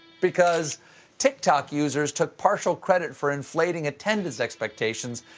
because tiktok users took partial credit for inflating attendance expectations,